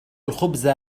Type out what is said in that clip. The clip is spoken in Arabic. الخبز